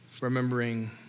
remembering